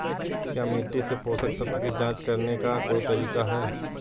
क्या मिट्टी से पोषक तत्व की जांच करने का कोई तरीका है?